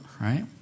right